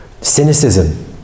Cynicism